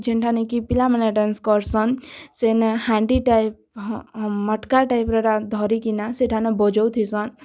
ଯେନ୍ଠାନେ କି ପିଲାମାନେ ଡେନ୍ସ କର୍ସନ୍ ସେନ ହାଣ୍ଡିଟା ହଁ ହଁ ମଟ୍କା ଟାଇପ୍ ର ଧରିକିନା ସେଠାନେ ବଜଉଥିସନ୍